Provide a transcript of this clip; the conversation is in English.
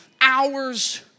hours